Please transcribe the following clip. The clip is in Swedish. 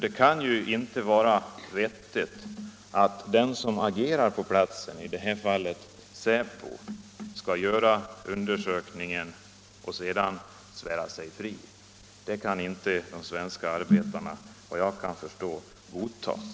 Det kan inte vara vettigt att den som agerar på platsen, Säpo, också granskar verksamheten och sedan svär sig fri. Det kan de svenska arbetarna såvitt jag kan förstå inte godta.